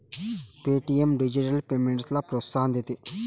Paytm digital पेमेंट्सला प्रोत्साहन देते